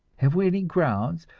have we any grounds,